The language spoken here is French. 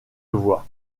voix